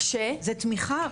זה תמיכה,